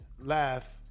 laugh